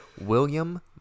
William